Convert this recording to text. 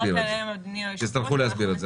ייאמר לזכותו שתמיד הוא ניסה להכניס את האוצר,